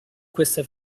questa